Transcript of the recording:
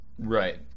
Right